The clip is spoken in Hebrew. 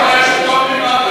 למה יש פטור ממע"מ,